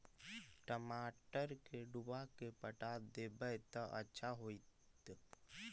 टमाटर के डुबा के पटा देबै त अच्छा होतई?